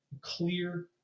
clear